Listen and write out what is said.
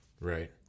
Right